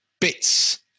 bits